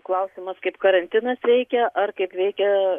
klausimas kaip karantinas veikia ar kaip veikia